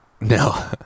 No